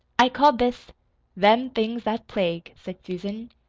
i called this them things that plague said susan.